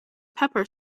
pepper